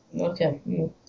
Okay